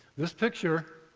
this picture,